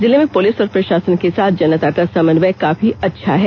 जिले में पुलिस और प्रषासन के साथ जनता का समन्वय काफी अच्छा है